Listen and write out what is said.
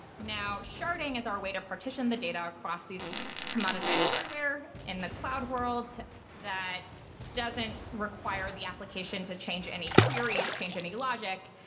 now, sharding is our way to partition the data across these commoditized hardware in the cloud world that doesn't require the application to change any queries, change any logic.